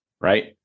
right